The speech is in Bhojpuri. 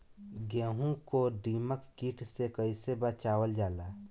गेहूँ को दिमक किट से कइसे बचावल जाला?